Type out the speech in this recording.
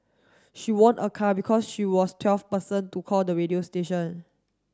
she won a car because she was twelfth person to call the radio station